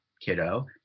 kiddo